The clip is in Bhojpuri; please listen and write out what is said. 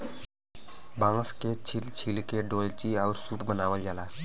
बांस के छील छील के डोल्ची आउर सूप बनावल जाला